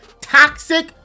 toxic